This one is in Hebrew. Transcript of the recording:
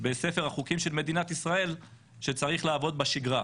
בספר החוקים של מדינת ישראל שצריך לעבוד בשגרה.